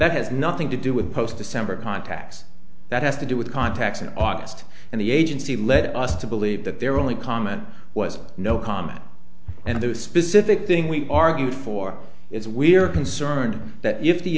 that has nothing to do with post december contacts that has to do with contacts in august and the agency led us to believe that their only comment was no comment and the specific thing we argued for is we are concerned that if the